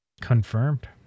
Confirmed